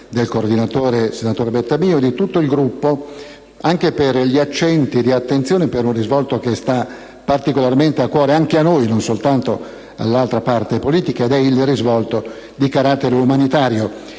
del coordinatore, senatore Bettamio, e di tutto il Gruppo, anche per gli accenti di attenzione e per un risvolto che sta particolarmente a cuore anche a noi, non soltanto all'altra parte politica, ed è il risvolto di carattere umanitario.